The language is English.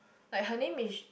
like her name is